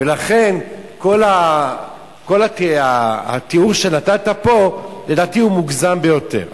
ולכן, כל התיאור שנתת פה לדעתי מוגזם ביותר.